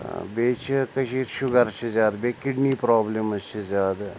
بیٚیہِ چھِ کٔشیٖرِ شُگَر چھِ زیادٕ بیٚیہِ کِڈنی پرٛابلِمٕز چھِ زیادٕ